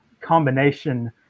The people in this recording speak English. combination